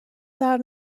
درد